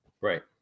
Right